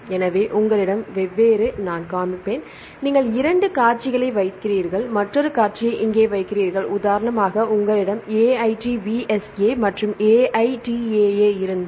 எனவே உங்களிடம் வெவ்வேறு நான் காண்பிப்பேன் நீங்கள் இரண்டு காட்சிகளை வைக்கிறீர்கள் மற்றொரு காட்சியை இங்கே வைக்கிறீர்கள் உதாரணமாக உங்களிடம் இந்த AITVSA மற்றும் AITAA இருந்தால்